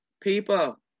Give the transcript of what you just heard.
People